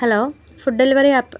hello food delivery app